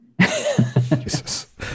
Jesus